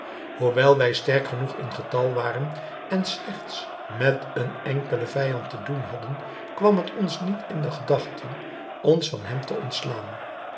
wij sterk genoeg in getal waren en slechts met een enkelen vijand te doen hadden kwam het ons niet in de gedachten ons van hem te ontslaan